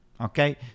Okay